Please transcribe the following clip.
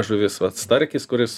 žuvis vat starkis kuris